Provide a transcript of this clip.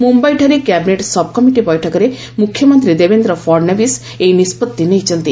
ମୁମ୍ୟାଇଠାରେ cabinet subcommittee ବୈଠକରେ ମୁଖ୍ୟମନ୍ତ୍ରୀ ଦେବେନ୍ଦ୍ର ଫଡ଼ନଭିସ୍ ଏହି ନିଷ୍କଭି ନେଇଛନ୍ତି